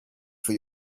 for